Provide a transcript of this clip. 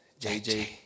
JJ